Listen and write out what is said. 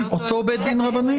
אותו בית דין רבני?